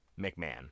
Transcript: McMahon